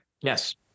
Yes